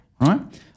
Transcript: right